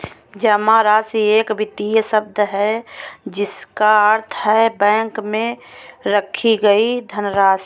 जमा राशि एक वित्तीय शब्द है जिसका अर्थ है बैंक में रखी गई धनराशि